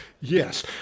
Yes